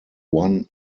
one